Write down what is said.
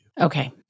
Okay